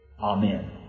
Amen